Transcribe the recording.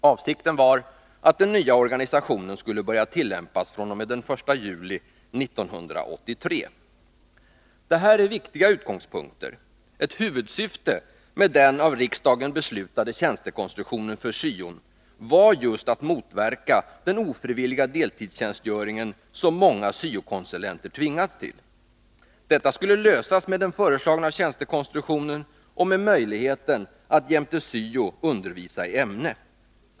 Avsikten var att den nya organisationen skulle börja tillämpas fr.o.m. den 1 juli 1983. Det här är viktiga utgångspunkter. Ett huvudsyfte med den av riksdagen beslutade tjänstekonstruktionen för syo var just att motverka den ofrivilliga deltidstjänstgöringen, som många syo-konsulenter tvingats till. Detta skulle lösas med den föreslagna tjänstekonstruktionen och med möjligheten att jämte syo-uppgifter undervisa i ämne.